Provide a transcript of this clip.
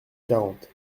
quarante